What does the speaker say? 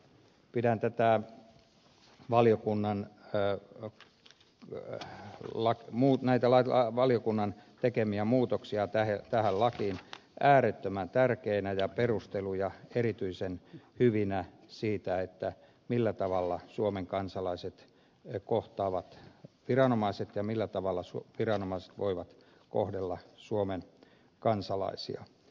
pidän tätä valiokunnan the vot lait muut näytä lainkaan valiokunnan tekemiä muutoksia tähän lakiin äärettömän tärkeinä ja perusteluja erityisen hyvinä siitä millä tavalla suomen kansalaiset kohtaavat viranomaiset ja millä tavalla viranomaiset voivat kohdella suomen kansalaisia